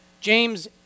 James